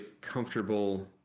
comfortable